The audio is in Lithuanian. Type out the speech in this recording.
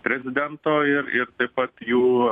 prezidento ir ir taip pat jų